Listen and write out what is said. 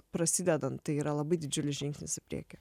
prasidedant tai yra labai didžiulis žingsnis į priekį